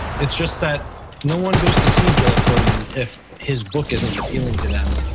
it's just that no one goes to see joel ferman if his book isn't appealing to them.